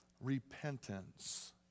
repentance